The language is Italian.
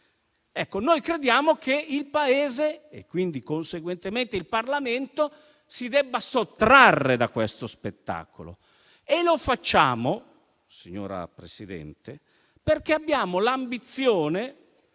Ebbene, crediamo che il Paese, e quindi conseguentemente il Parlamento, si debba sottrarre a questo spettacolo e questo lo pensiamo, signora Presidente, perché abbiamo l'ambizione